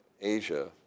Asia